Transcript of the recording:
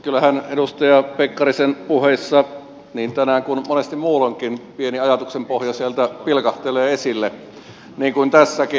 kyllähän edustaja pekkarisen puheissa niin tänään kuin monesti muulloinkin pieni ajatuksen pohja sieltä pilkahtelee esille niin kuin tässäkin